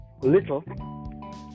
little